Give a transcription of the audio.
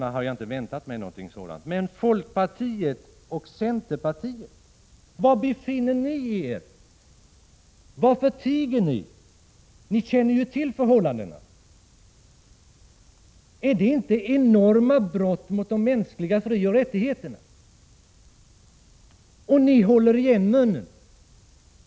Jag har inte heller väntat mig att det skall komma någon sådan från moderaterna, men varför tiger ni i folkpartiet och centerpartiet? Var befinner ni er? Varför tiger ni? Ni känner ju till förhållandena. Handlar det inte om enorma brott mot de mänskliga frioch rättigheterna? Ändå håller ni igen munnen.